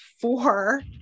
four